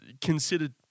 considered